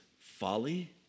folly